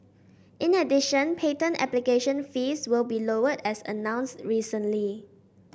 in addition patent application fees will be lowered as announced recently